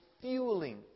fueling